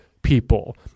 People